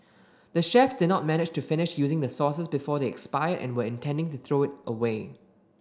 the chefs did not manage to finish using the sauces before they expired and were intending to throw it away